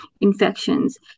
infections